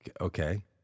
Okay